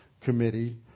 Committee